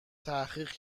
تحقیق